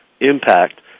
impact